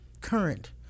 current